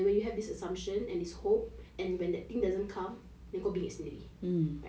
and when you have this assumption and this hope and when the thing doesn't come then kau bingit sendiri